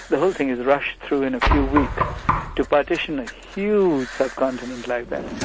the whole thing is rushed through in a few weeks to partition a huge subcontinent like that.